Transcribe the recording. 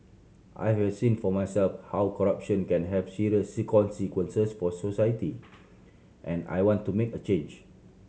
I have seen for myself how corruption can have serious consequences for society and I want to make a change